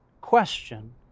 question